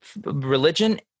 religion